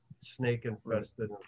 snake-infested